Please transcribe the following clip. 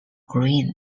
green